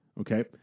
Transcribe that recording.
Okay